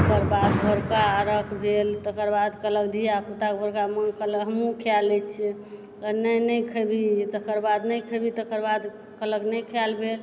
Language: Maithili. ओकर बाद भोरका अरघ भेल तकर बाद कहलक धियापुता भोरका लोक कहलक हमहुँ खाए लए छिऐ तऽ नहि नहि खेबही तकर बाद नहि खेबही तकर बाद कहलक नहि खाएल भेल